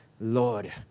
Lord